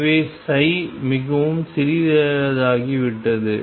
எனவே மிகவும் சிறியதாகிவிட்டது